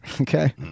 Okay